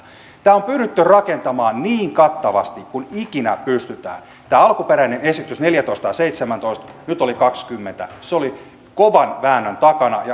tämä on pyritty rakentamaan niin kattavasti kuin ikinä pystytään tämä alkuperäinen esitys oli neljätoista tai seitsemäntoista ja nyt se oli kaksikymmentä se oli kovan väännön takana